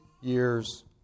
years